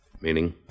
Meaning